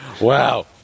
Wow